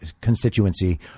constituency